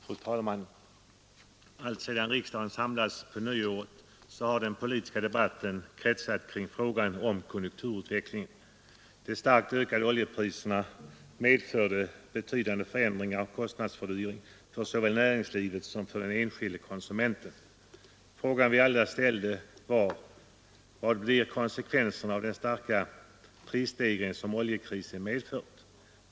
Fru talman! Alltsedan riksdagen samlades på nyåret har den politiska debatten kretsat kring frågan om konjunkturutvecklingen. De starkt ökade oljepriserna medförde betydande förändringar och kostnadsfördyringar såväl för näringslivet som för den enskilde konsumenten. De frågor vi alla ställde var: Vad blir konsekvensen av den starka prisstegring som oljekrisen medfört?